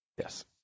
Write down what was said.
yes